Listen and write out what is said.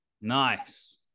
Nice